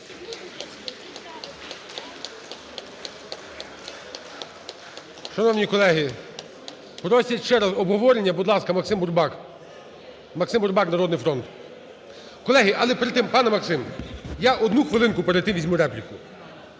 Шановні колеги, просять ще раз обговорення. Будь ласка, Максим Бурбак. Максим Бурбак, "Народний фронт". Колеги, але перед тим, пане Максим, я одну хвилинку перед тим візьму репліку.